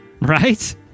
Right